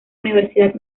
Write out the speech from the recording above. universidad